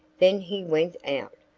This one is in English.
then he went out,